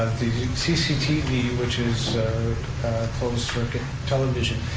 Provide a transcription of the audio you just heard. the cctv, which is closed circuit television,